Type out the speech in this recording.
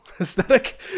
aesthetic